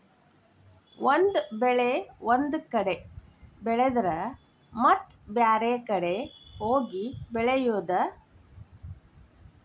ಒಂದ ಬೆಳೆ ಒಂದ ಕಡೆ ಬೆಳೆದರ ಮತ್ತ ಬ್ಯಾರೆ ಕಡೆ ಹೋಗಿ ಬೆಳಿಯುದ